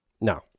No